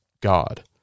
God